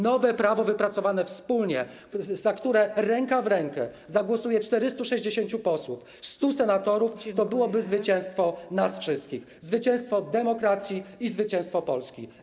Nowe prawo wypracowane wspólnie, za którym ręka w rękę zagłosuje 460 posłów, 100 senatorów, to byłoby zwycięstwo nas wszystkich, zwycięstwo demokracji i zwycięstwo Polski.